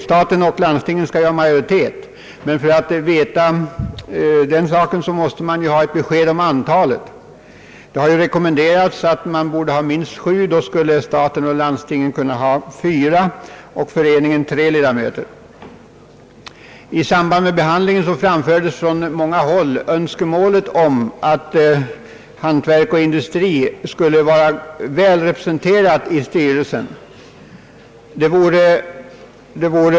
Staten och landstinget skall ju ha majoritet, men för att kunna genomföra detta måste man ju ha ett bestämt besked om antalet styrelseledamöter. Minst sju styrelseledamöter har rekommenderats. Då skulle staten och landstinget kunna utse fyra och föreningen tre ledamöter. I samband med behandlingen av frågan i riksdagen framfördes från många håll önskemål om att hantverk och industri skulle vara väl representerade i styrelserna.